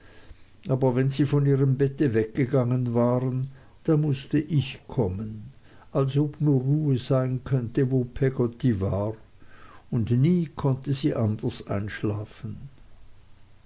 aber wenn sie von ihrem bette weggegangen waren da mußte ich kommen als ob nur ruhe sein könnte wo peggotty war und nie konnte sie anders einschlafen